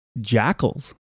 jackals